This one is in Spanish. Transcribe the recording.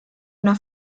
una